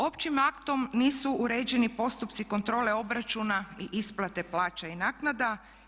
Općim aktom nisu uređeni postupci kontrole obračuna i isplate plaća i naknada.